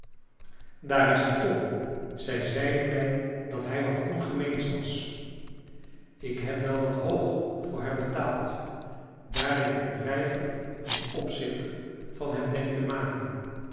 daar is die tom zij zeiden mij dat hij wat ongemeens was ik heb wel wat hoog voor hem betaald daar ik een drijver en opzichter van hem denk te maken